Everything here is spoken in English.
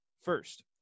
first